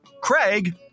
Craig